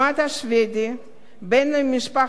בן למשפחת אצולה שבדית,